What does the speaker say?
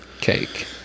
cake